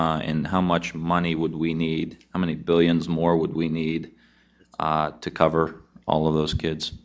and how much money would we need how many billions more would we need to cover all of those kids